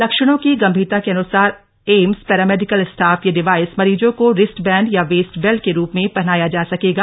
लक्षणों की गंभीरता के अनुसार एम्स पैरामेडिकल स्टाफ यह डिवाइस मरीज को रिस्ट बैंड या वेस्ट बेल्ट के रूप में पहनाया जा सकेगा